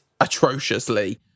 atrociously